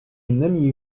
innymi